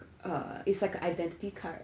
err it's like a identity card